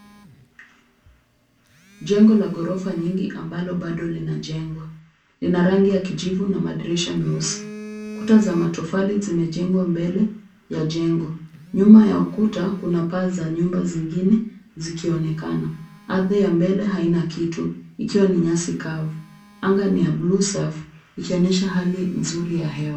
Jengo la ghorofa nyingi ambalo bado linajengwa. Lina rangi ya kijivu na madirisha meusi. Kuta za matofali zimejengwa mbele ya jengo. Nyuma ya ukuta, kuna paa za nyumba zingine zikionekana. Ardhi ya mbele haina kitu ikiwa ni nyasi kavu. Anga ni ya bluu safi ikionyesha hali nzuri ya hewa.